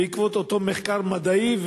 בעקבות אותו מחקר מדעי,